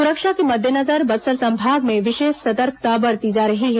सुरक्षा के मद्देनजर बस्तर संभाग में विशेष सतर्कता बरती जा रही है